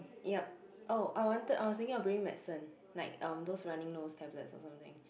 yup oh I wanted I was thinking of bringing medicine like um those runny nose tablets or something